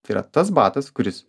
tai yra tas batas kuris